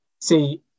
See